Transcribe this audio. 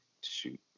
shoot